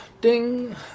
Ding